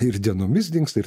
ir dienomis dingsta